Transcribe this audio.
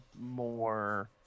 more